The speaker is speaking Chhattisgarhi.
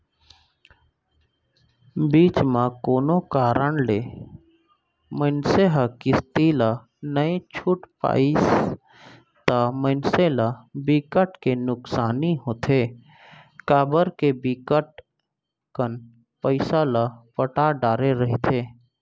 बीच म कोनो कारन ले मनसे ह किस्ती ला नइ छूट पाइस ता मनसे ल बिकट के नुकसानी होथे काबर के बिकट कन पइसा ल पटा डरे रहिथे